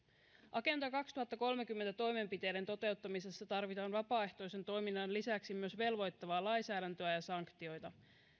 agenda kaksituhattakolmekymmentä toimenpiteiden toteuttamisessa tarvitaan vapaaehtoisen toiminnan lisäksi myös velvoittavaa lainsäädäntöä ja sanktioita